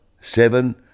seven